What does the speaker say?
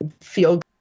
feel